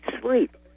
sleep